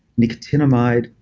nicotinamide,